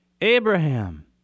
Abraham